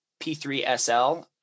P3SL